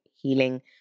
healing